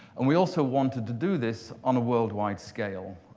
and we also wanted to do this on a worldwide scale,